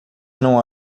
não